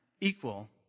equal